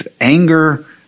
anger